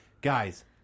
guys